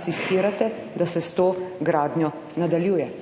asistirate, da se s to gradnjo nadaljuje.